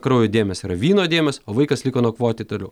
kraujo dėmės yra vyno dėmės o vaikas liko nakvoti toliau